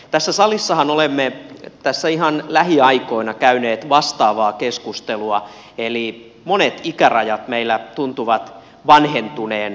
tässä salissahan olemme tässä ihan lähiaikoina käyneet vastaavaa keskustelua eli monet ikärajat meillä tuntuvat vanhentuneen